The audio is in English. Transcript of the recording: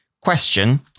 Question